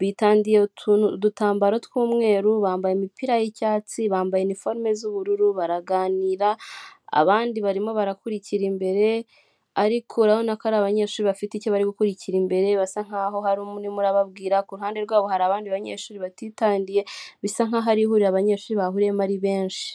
bitandiye utuntu, udutambaro tw'umweru, bambaye imipira y'icyatsi, bambaye iniforume z'ubururu, baraganira, abandi barimo barakurikira imbere, ariko urabona ko ari abanyeshuri bafite icyo bari gukurikira imbere, basa nkaho hari urimo urababwira. Ku ruhande rwabo hari abandi banyeshuri batitandiye, bisa nkaho ari ihuriro abanyeshuri bahuriyemo ari benshi.